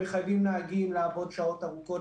שמחייבים נהגים לעבוד שעות ארוכות,